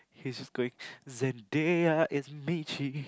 he's just going Zendeya it's Mitchie